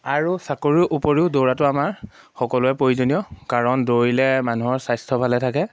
আৰু চাকৰিৰ উপৰিও দৌৰাটো আমাৰ সকলোৰে প্ৰয়োজনীয় কাৰণ দৌৰিলে মানুহৰ স্বাস্থ্য ভালে থাকে